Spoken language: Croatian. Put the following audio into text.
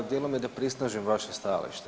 Dijelom je da prisnažim vaše stajalište.